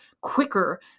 quicker